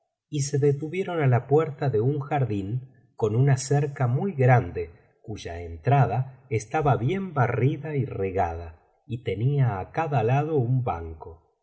y se detuvieron á la puerta de un jardín con una cerca muy grande cuya entrada estaba bien barrida y regada y tenia a cada lado un banco